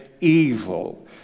evil